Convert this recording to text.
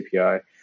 API